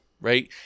right